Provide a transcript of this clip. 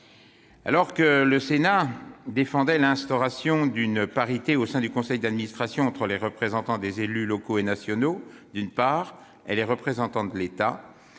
Alors que le Sénat défendait l'instauration d'une parité, au sein du conseil d'administration, entre les représentants des élus locaux et nationaux, d'une part, et les représentants de l'État,